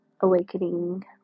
awakening